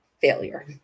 failure